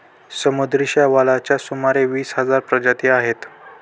समुद्री शेवाळाच्या सुमारे वीस हजार प्रजाती आहेत